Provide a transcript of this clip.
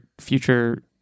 future